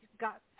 got